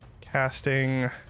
Casting